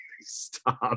Stop